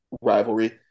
rivalry